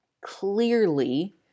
Clearly